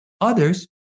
Others